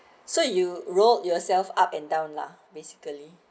so you rolled yourself up and down lah basically